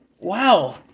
wow